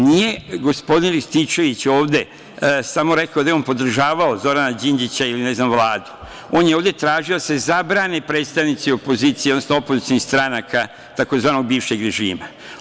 Nije gospodin Rističević samo rekao ovde da je on podržavao Zorana Đinđića ili Vladu, on je ovde tražio da se zabrane predstavnici opozicije, odnosno opozicionih stranaka tzv. bivšeg režima.